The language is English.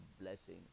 blessing